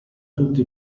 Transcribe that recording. tutti